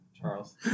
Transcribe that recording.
Charles